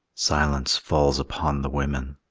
silence falls upon the women.